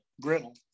griddle